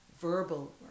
verbal